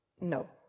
No